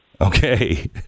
okay